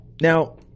Now –